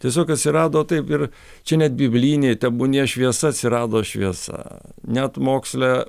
tiesiog atsirado taip ir čia net biblinėj tebūnie šviesa atsirado šviesa net moksle